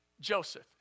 Joseph